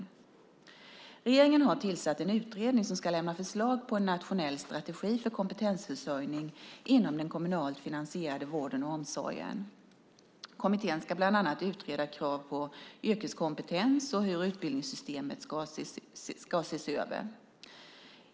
Regeringen har tillsatt en utredning som ska lämna förslag på en nationell strategi för kompetensförsörjning inom den kommunalt finansierade vården och omsorgen. Kommittén ska bland annat utreda krav på yrkeskompetens och hur utbildningssystemet ska ses över.